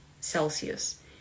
Celsius